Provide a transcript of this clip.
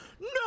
no